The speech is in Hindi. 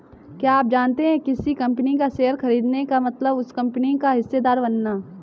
क्या आप जानते है किसी कंपनी का शेयर खरीदने का मतलब उस कंपनी का हिस्सेदार बनना?